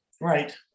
right